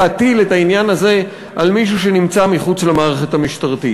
להטיל את העניין הזה על מישהו שנמצא מחוץ למערכת המשטרתית.